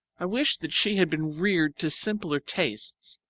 i wish that she had been reared to simpler tastes,